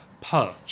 perch